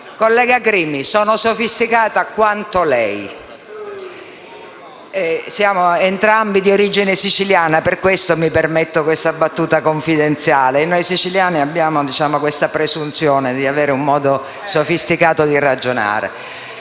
Collega Crimi, sono sofisticata quanto lei. Siamo entrambi di origine siciliana e per questo mi permetto una battuta confidenziale: noi siciliani abbiamo la presunzione di avere un modo sofisticato di ragionare.